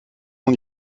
mon